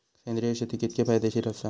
सेंद्रिय शेती कितकी फायदेशीर आसा?